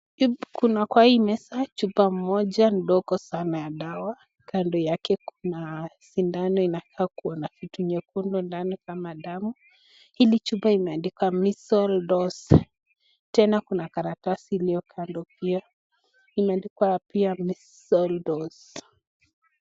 Kuna kwa hii meza chupa ndogo sana ya dawa kando yake kuna sindano inakaa kua kitu nyekundu ndani kama damu. Hili Chupa imeandikwa measle dose , tena kuna karatasi ilio kando pia imeandikwa pia measle dose .